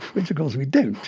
which of course we don't.